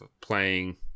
playing